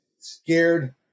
scared